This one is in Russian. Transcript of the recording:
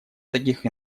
таких